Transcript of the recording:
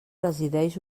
resideix